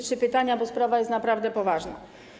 Trzy pytania, bo sprawa jest naprawdę poważna.